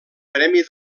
premi